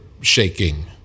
shaking